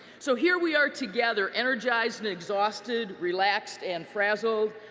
so here we are together energized and exhausted, relaxed and frazzled,